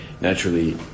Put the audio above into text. Naturally